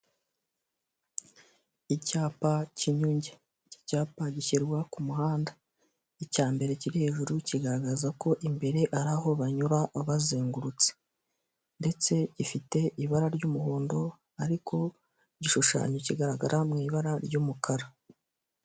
Icyapa cy'inyunge, iki cyapa gishyirwa ku muhanda. Icya mbere kiri hejuru kigaragaza ko imbere ari aho banyura bazengurutse ndetse gifite ibara ry'umuhondo, ariko igishushanyo kigaragara mu ibara ry'umukara.